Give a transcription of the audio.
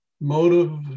motive